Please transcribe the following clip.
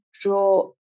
draw